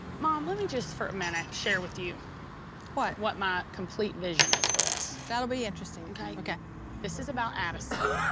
mom, let me just for a minute share with you what what my complete vision is for this. that'll be interesting. okay. this is about addison.